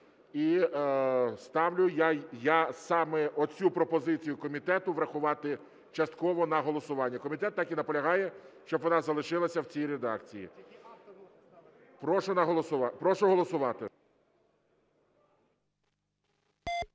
І ставлю я саме цю пропозицію комітету, врахувати частково, на голосування. Комітет так і наполягає, щоб вона залишилися в цій редакції. Прошу голосувати.